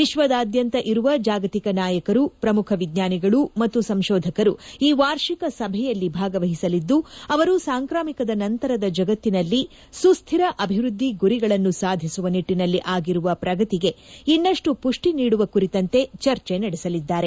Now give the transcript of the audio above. ವಿಶ್ವದಾದ್ಯಂತ ಇರುವ ಜಾಗತಿಕ ನಾಯಕರು ಪ್ರಮುಖ ವಿಜ್ಞಾನಿಗಳು ಮತ್ತು ಸಂಶೋಧಕರು ಈ ವಾರ್ಷಿಕ ಸಭೆಯಲ್ಲಿ ಭಾಗವಹಿಸಲಿದ್ದು ಅವರು ಸಾಂಕ್ರಾಮಿಕದ ನಂತರದ ಜಗತ್ತಿನಲ್ಲಿ ಸುಸ್ವಿರ ಅಭಿವೃದ್ದಿ ಗುರಿಗಳನ್ನು ಸಾಧಿಸುವ ನಿಟ್ಟಿನಲ್ಲಿ ಆಗಿರುವ ಪ್ರಗತಿಗೆ ಇನ್ನಷ್ಟು ಪುಷ್ವಿ ನೀಡುವ ಕುರಿತಂತೆ ಚರ್ಚೆ ನಡೆಸಲಿದ್ದಾರೆ